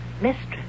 mistress